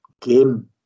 game